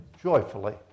joyfully